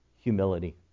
humility